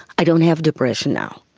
i don't have depression now.